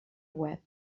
web